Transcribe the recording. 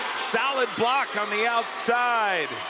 solid block on the outside.